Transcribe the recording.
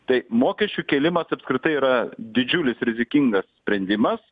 tai mokesčių kėlimas apskritai yra didžiulis rizikingas sprendimas